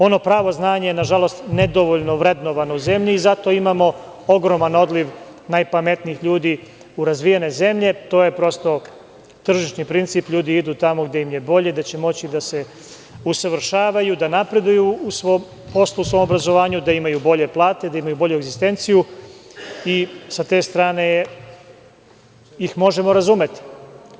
Ono pravo znanje je nažalost nedovoljno vrednovano u zemlji i zato imamo ogroman odliv najpametnijih ljudi u razvijene zemlje, to je prosto tržišni princip ljudi idu tamo gde im je bolje, gde će moći da se usavršavaju, da napreduju u svom poslu, svom obrazovanju, da imaju bolje plate, da imaju bolju egzistenciju i sa te strane ih možemo razumeti.